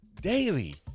Daily